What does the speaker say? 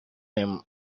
him